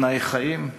תנאי חיים,